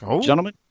Gentlemen